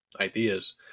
ideas